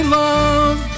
love